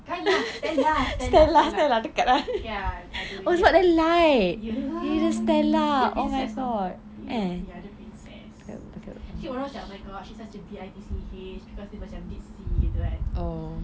bukan lah stella stella stella okay lah ada ya dia princess [tau] you know ya dia princess oh my god she macam B I T C H sebab dia macam deep sea gitu kan